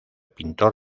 pintor